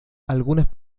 algunas